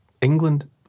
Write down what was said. England